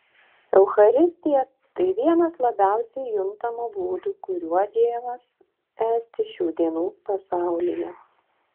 eucharistija tai vienas labiausiai juntamų būdų kuriuo dievas esti šių dienų pasaulyje